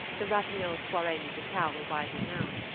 the ratignolles' soirees musicales were widely known,